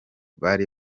bari